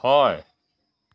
হয়